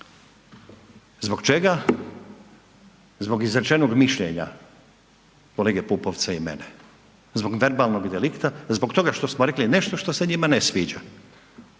Zbog čega? Zbog izrečenog mišljenja kolege Pupovca i mene. Zbog verbalnog delikta, zbog toga što smo rekli nešto što se njima ne sviđa.